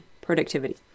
productivity